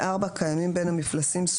קיימים בין המפלסים,